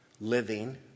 living